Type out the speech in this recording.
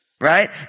Right